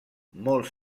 molt